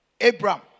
Abraham